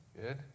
Good